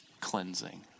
cleansing